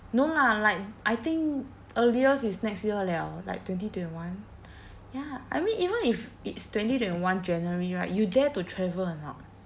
no lah like I think earliest is next year liao like twenty twenty one ya I mean even if it's twenty twenty one january right you dare to travel or not